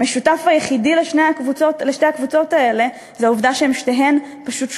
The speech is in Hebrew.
המשותף היחיד לשתי הקבוצות האלה זה העובדה ששתיהן פשוט שקופות,